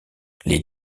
les